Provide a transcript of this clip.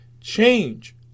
change